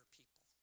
people